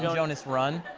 jonas, run.